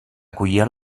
acollia